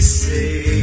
say